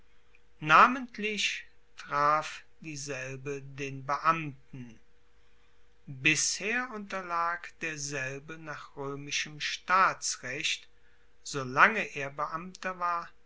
namentlich traf dieselbe den beamten bisher unterlag derselbe nach roemischem staatsrecht solange er beamter war